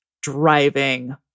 driving